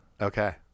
Okay